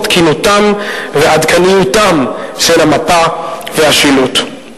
את תקינותם ועדכניותם של המפה והשילוט.